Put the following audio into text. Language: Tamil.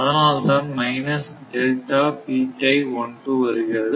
அதனால்தான் மைனஸ் வருகிறது